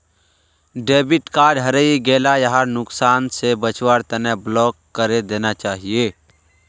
debit card हरई गेला यहार नुकसान स बचवार तना ब्लॉक करे देना चाहिए